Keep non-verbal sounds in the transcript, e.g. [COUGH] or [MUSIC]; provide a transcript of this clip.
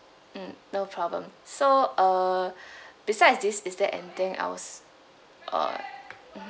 mm no problem so uh [BREATH] besides this is there anything else uh [NOISE]